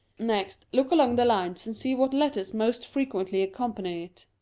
next, look along the lines and see what letters most frequently accompany it.